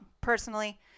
Personally